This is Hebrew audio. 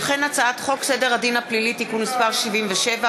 וכן הצעת חוק סדר הדין הפלילי (תיקון מס' 77),